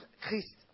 Christ